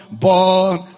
born